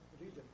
region